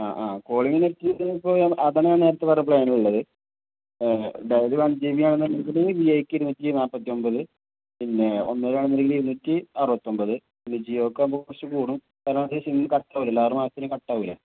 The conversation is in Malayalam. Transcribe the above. ആ ആ കോളിംഗ നെറ്റ് ഇപ്പോൾ അതന്നെ നേരത്തെ പറഞ്ഞാൽ പ്ലാൻ ഉള്ളത് അതായത് വൺ ജി ബി ആണെന്ന് ഉണ്ടെങ്കിൽ വി ഐക്ക് ഇരുന്നൂറ്റി നാൽപ്പത്തി ഒൻപത് പിന്നെ ഒന്നര ആണെന്ന് ഉണ്ടെങ്കിൽ ഇരുന്നൂറ്റി അറുപത്തി ഒൻപത് പിന്നെ ജിയോക്കെ ആകുമ്പോൾ കുറച്ച് കൂടും കാരണം അത് സിം കട്ട് ആവില്ല ആറ് മാസത്തിന് കട്ട് ആവില്ല